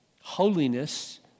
Holiness